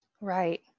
Right